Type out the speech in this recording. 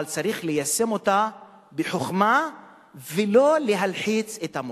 אבל צריך ליישם אותה בחוכמה ולא להלחיץ את המורים.